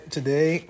today